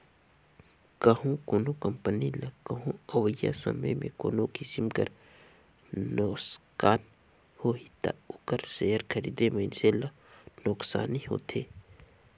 कहों कोनो कंपनी ल कहों अवइया समे में कोनो किसिम कर नोसकान होही ता ओकर सेयर खरीदे मइनसे ल नोसकानी होथे